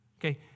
okay